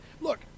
Look